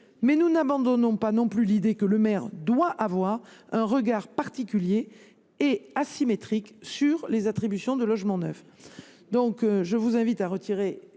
Nous n’abandonnons pas pour autant l’idée selon laquelle le maire doit avoir un regard particulier et asymétrique sur les attributions de logements neufs.